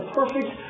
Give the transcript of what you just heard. perfect